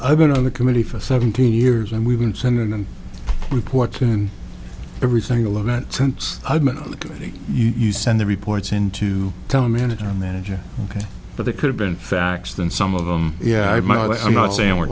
i've been on the committee for seventeen years and we've been sending in reports in every single event since i've been on the committee you send the reports in to tell manager manager that they could have been fax than some of them yeah but i'm not saying we're